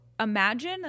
Imagine